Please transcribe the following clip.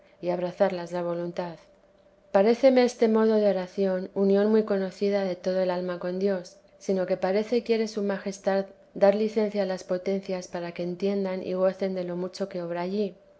y abrazarlas la voluntad paréceme este modo de oración unión muy conocida de toda el alma con dios sino que parece quiere su majestad dar licencia a las potencias para que entiendan y gocen de lo mucho que obra allí